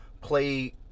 play